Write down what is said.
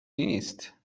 نیست